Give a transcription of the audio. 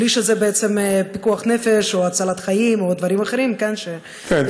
בלי שזה בעצם פיקוח נפש או הצלת חיים או דברים אחרים טוב,